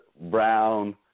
Brown